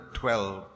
twelve